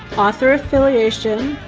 author affiliation,